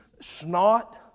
Snot